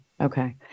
Okay